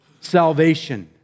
Salvation